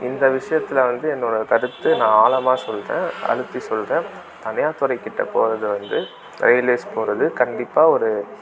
இந்த விஷயத்தில் வந்து என்னோடய கருத்து நான் ஆழமாக சொல்கிறேன் அழுத்தி சொல்கிறேன் தனியார் துறைக்கிட்ட போகிறது வந்து ரயில்வேஸ் போகிறது கண்டிப்பாக ஒரு